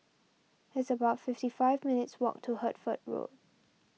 it's about fifty five minutes' walk to Hertford Road